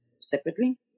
separately